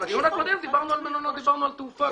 בדיון הקודם דיברנו על מלונות, דיברנו על תעופה.